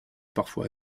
parfois